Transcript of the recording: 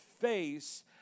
face